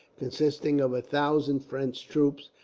consisting of a thousand french troops,